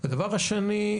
הדבר השני,